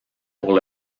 pour